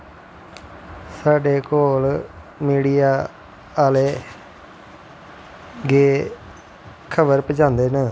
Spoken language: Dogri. साढ़े कोल मीडिया आह्ले गै खबर पज़ांदे न